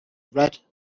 red